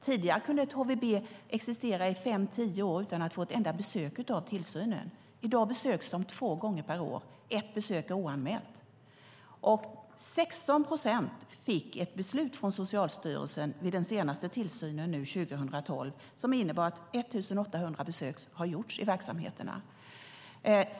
Tidigare kunde ett HVB-hem existera i fem tio år utan att få ett enda tillsynsbesök. I dag besöks de två gånger per år, och ett besök är oanmält. 16 procent fick ett beslut från Socialstyrelsen vid den senaste tillsynen 2012, och 1 800 besök har gjorts i verksamheterna.